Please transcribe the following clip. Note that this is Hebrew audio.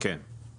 כן.